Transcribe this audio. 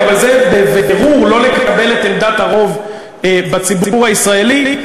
אבל זה בבירור לא לקבל את עמדת הרוב בציבור הישראלי,